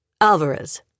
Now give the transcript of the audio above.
Alvarez